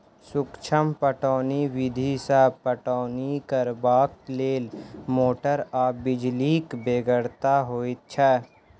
सूक्ष्म पटौनी विधि सॅ पटौनी करबाक लेल मोटर आ बिजलीक बेगरता होइत छै